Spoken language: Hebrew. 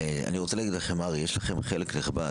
אני רוצה להגיד לכם הר"י, יש לכם חלק נכבד.